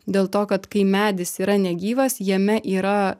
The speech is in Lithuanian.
dėl to kad kai medis yra negyvas jame yra